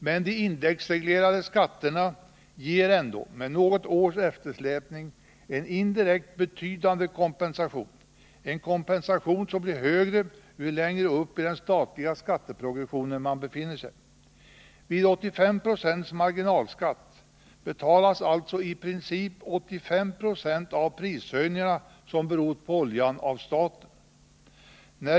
Men de indexreglerade skatterna ger ändå med något års eftersläpning en betydande indirekt kompensation, en kompensation som blir högre ju längre upp i den statliga skatteprogfessionen man befinner sig. Vid 85 90 i marginalskatt betalas alltså i princip 85 96 av de prishöjningar som berott på oljan av staten.